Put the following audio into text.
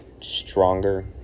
stronger